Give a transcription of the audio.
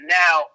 now